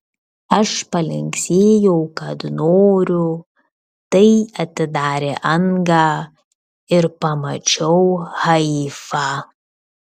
aš palinksėjau kad noriu tai atidarė angą ir pamačiau haifą